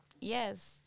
yes